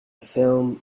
film